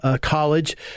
college